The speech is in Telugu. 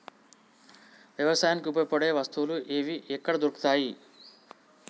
వ్యవసాయానికి ఉపయోగపడే వస్తువులు ఏవి ఎక్కడ దొరుకుతాయి?